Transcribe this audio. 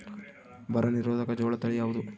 ಬರ ನಿರೋಧಕ ಜೋಳ ತಳಿ ಯಾವುದು?